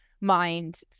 mind